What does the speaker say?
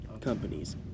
companies